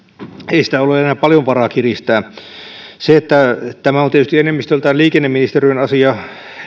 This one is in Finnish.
ei sitä ole enää paljon varaa kiristää tämä on tietysti enemmistöltään liikenneministeriön asia